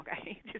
okay